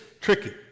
tricky